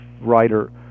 writer